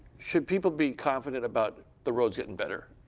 should people be confident about the roads getting better?